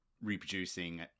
reproducing